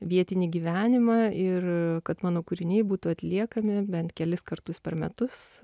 vietinį gyvenimą ir kad mano kūriniai būtų atliekami bent kelis kartus per metus